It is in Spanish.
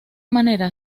manera